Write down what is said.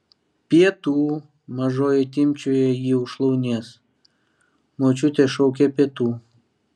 pietų mažoji timpčioja jį už šlaunies močiutė šaukia pietų